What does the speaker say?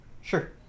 Sure